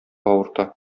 авырта